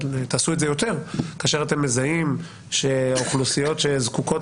אבל תעשו את זה יותר: כאשר אתם מזהים שאוכלוסיות שזקוקות